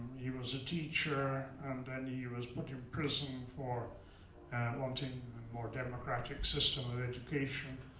he was a teacher and then he was put in prison for wanting a more democratic system of education.